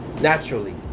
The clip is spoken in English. naturally